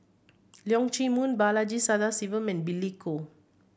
Leong Chee Mun Balaji Sadasivan and Billy Koh